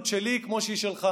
נבקש שיהיה משהו אחר.